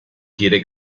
quiere